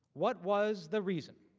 what was the reason.